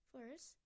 First